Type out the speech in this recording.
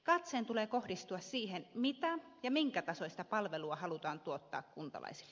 katseen tulee kohdistua siihen mitä ja minkä tasoista palvelua halutaan tuottaa kuntalaisille